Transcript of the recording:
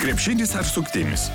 krepšinis ar suktinis